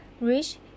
reach